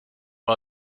war